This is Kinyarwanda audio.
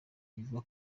uva